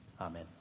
Amen